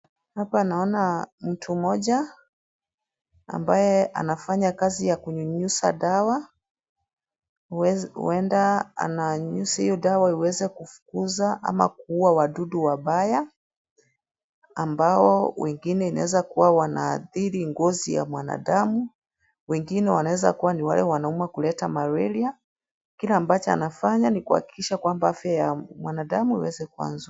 Hapa naona mtu mmoja ambaye anafanya kazi ya kunyunyiza dawa. Huenda ananyunyiza hiyo dawa iweze kufukuza ama kuua wadudu wabaya, ambao wengine inaeza kuwa wanaathiri ngozi ya mwanadamu, wengine wanaeza kuwa ni wale wanauma kuleta malaria. Kile ambacho anafanya ni kuhakikisha kwamba afya ya mwanadamu iweze kuwa nzuri.